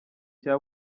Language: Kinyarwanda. cya